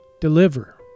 Deliver